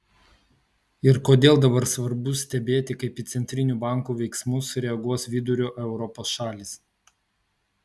ir kodėl dabar svarbu stebėti kaip į centrinių bankų veiksmus reaguos vidurio europos šalys